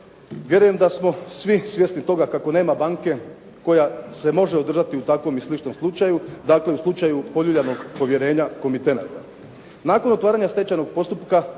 Vjerujem da smo svi svjesni toga kako nema banke koja se može održati u takvom i sličnom slučaju dakle u slučaju poljuljanog povjerenja komitenata. Nakon otvaranja stečajnog postupka